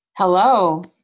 Hello